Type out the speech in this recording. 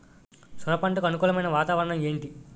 సొర పంటకు అనుకూలమైన వాతావరణం ఏంటి?